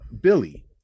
Billy